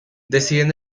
deciden